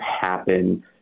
happen